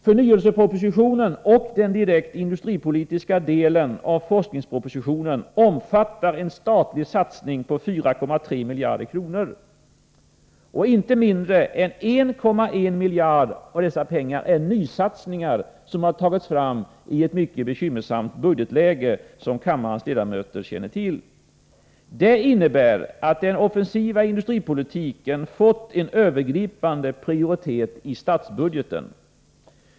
Förnyelsepropositionen och den direkta industripolitiska delen av forskningspropositionen omfattar en statlig satsning på 4,3 miljarder kronor. Inte mindre än 1,1 miljarder av dessa pengar gäller nysatsningar, som har tagits fram i ett mycket bekymmersamt budgetläge, vilket kammarens ledamöter känner till. Det innebär att den offensiva industripolitiken fått en övergripande prioritet i statsbudgeten.